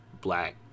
black